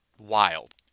wild